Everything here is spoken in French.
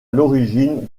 l’origine